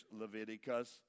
Leviticus